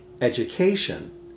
Education